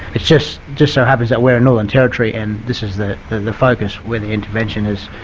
it just just so happens that we're northern territory, and this is the the focus where the intervention is.